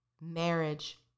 marriage